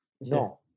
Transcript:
No